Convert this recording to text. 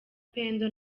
pendo